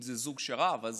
אם זה זוג שרב אז